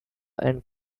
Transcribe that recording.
and